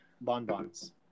Bonbons